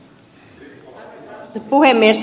arvoisa puhemies